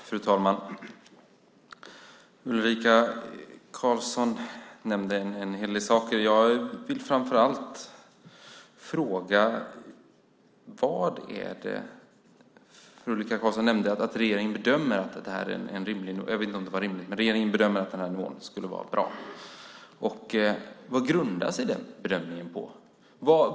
Fru talman! Ulrika Carlsson nämnde en hel del saker. Ulrika Carlsson nämnde att regeringen bedömer att den här nivån skulle vara bra. Vad grundar sig den bedömningen på?